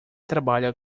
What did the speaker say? trabalha